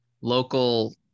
local